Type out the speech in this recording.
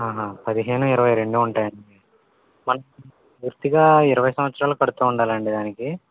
ఆహా పదిహేను ఇరవై రెండు ఉంటాయా అండీ పూర్తిగా ఇరవై సంవత్సరాలు కడుతు ఉండాలా అండీ దానికి